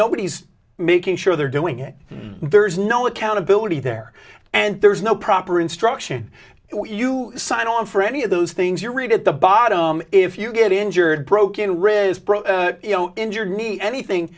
nobody's making sure they're doing it there is no accountability there and there's no proper instruction if you sign on for any of those things you read at the bottom if you get injured broken rib you know injured knee anything